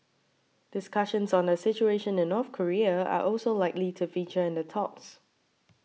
discussions on the situation in North Korea are also likely to feature in the talks